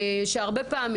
לא פעם